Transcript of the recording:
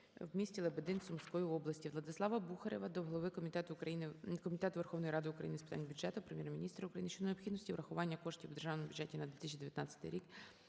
в місті Лебедин Сумської області. ВладиславаБухарєва до Голови Комітету Верховної Ради України з питань бюджету, Прем'єр-міністра України щодо необхідності врахування коштів в Державному бюджеті України на 2019 рік